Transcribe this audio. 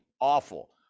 awful